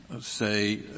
say